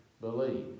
believe